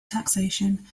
taxation